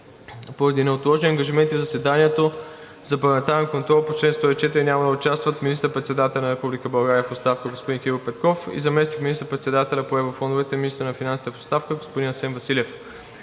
Поради неотложни ангажименти в заседанието за парламентарен контрол по чл. 104 няма да участват: министър-председателят на Република България в оставка господин Кирил Петков и заместник министър-председателят по еврофондовете и министър на финансите в оставка господин Асен Василев.